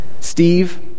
Steve